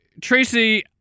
Tracy